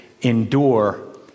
endure